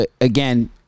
again